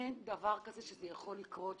אין דבר כזה שזה יכול לקרות יותר.